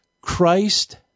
Christ